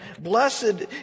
Blessed